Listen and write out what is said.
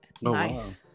nice